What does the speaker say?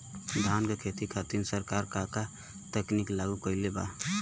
धान क खेती खातिर सरकार का का तकनीक लागू कईले बा?